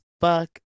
fuck